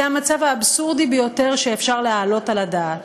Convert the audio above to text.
זה המצב האבסורדי ביותר שאפשר להעלות על הדעת.